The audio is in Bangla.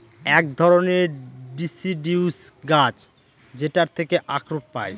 এক ধরনের ডিসিডিউস গাছ যেটার থেকে আখরোট পায়